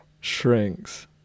shrinks